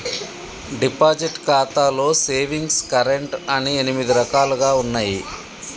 deposit ఖాతాలో savings current అని ఎనిమిది రకాలుగా ఉన్నయి